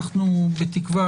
בתקווה,